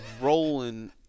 rolling